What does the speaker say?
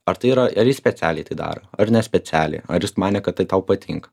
ar tai yra ar jis specialiai tai daro ar ne specialiai ar jis manė kad tai tau patinka